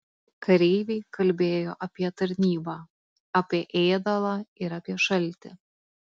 kareiviai kalbėjo apie tarnybą apie ėdalą ir apie šaltį